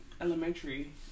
elementary